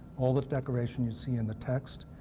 all the decoration you see in the text,